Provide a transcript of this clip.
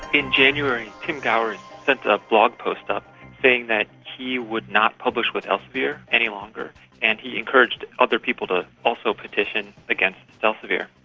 in january tim gowers sent a blog post up saying that he would not publish with elsevier any longer and he encouraged other people to also petition against elsevier.